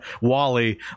Wally